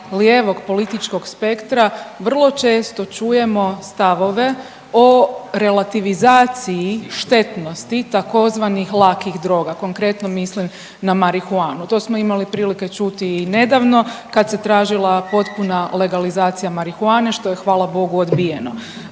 lijevog političkog spektra vrlo često čujemo stavove o relativizaciji štetnosti tzv. lakih droga, konkretno mislim na marihuanu. To smo imali priliku čuti i nedavno kad se tražila potpuna legalizacija marihuane što je hvala Bogu odbijeno.